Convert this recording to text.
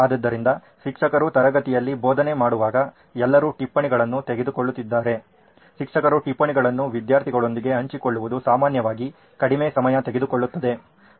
ಆದ್ದರಿಂದ ಶಿಕ್ಷಕರು ತರಗತಿಯಲ್ಲಿ ಬೋಧನೆ ಮಾಡುವಾಗ ಎಲ್ಲರೂ ಟಿಪ್ಪಣಿಗಳನ್ನು ತೆಗೆದುಕೊಳ್ಳುತ್ತಿದ್ದರೆ ಶಿಕ್ಷಕರು ಟಿಪ್ಪಣಿಗಳನ್ನು ವಿಧ್ಯಾರ್ಥಿಗಳೊಂದಿಗೆ ಹಂಚಿಕೊಳ್ಳುವುದು ಸಾಮಾನ್ಯವಾಗಿ ಕಡಿಮೆ ಸಮಯ ತೆಗೆದುಕೊಳ್ಳುತ್ತದೆ